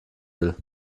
will